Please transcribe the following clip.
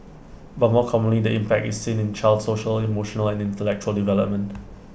but more commonly the impact is seen in the child's social emotional and intellectual development